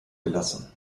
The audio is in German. gelassen